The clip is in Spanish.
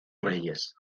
reyes